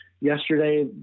Yesterday